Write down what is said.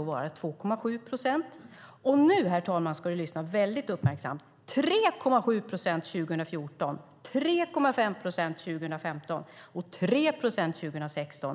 vara 2,7 procent och - lyssna uppmärksamt nu! - 3,7 procent år 2014, 3,5 procent år 2015 och 3 procent år 2016.